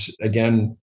again